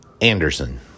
Anderson